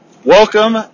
Welcome